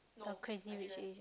or Crazy-Rich-Asian